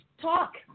Talk